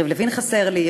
יריב לוין חסר לי,